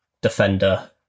defender